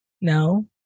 No